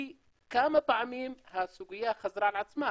כי כמה פעמים הסוגיה חזרה על עצמה,